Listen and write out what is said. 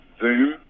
Zoom